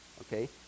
okay